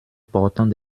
portant